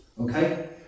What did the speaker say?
okay